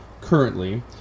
currently